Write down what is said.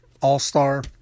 all-star